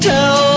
Tell